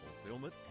fulfillment